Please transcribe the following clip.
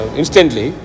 instantly